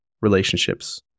relationships